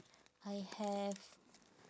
I have